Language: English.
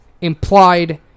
implied